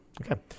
Okay